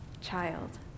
child